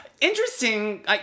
interesting